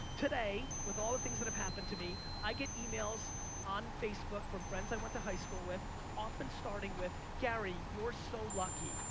today, with all things that happened to me, i get emails on facebook from friends i went to high school with often starting with, gary, you're so lucky.